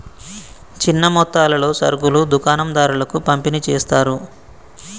చిన్న మొత్తాలలో సరుకులు దుకాణం దారులకు పంపిణి చేస్తారు